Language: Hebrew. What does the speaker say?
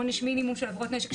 עונש מינימום של עבירות נשק,